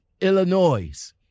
Illinois